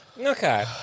Okay